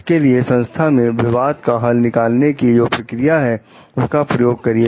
इसके लिए संस्था में विवाद का हल निकालने की जो प्रक्रिया है उसका प्रयोग करिए